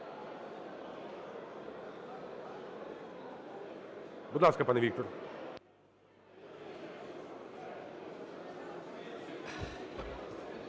Будь ласка, пане Віктор.